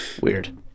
Weird